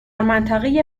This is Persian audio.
منطقه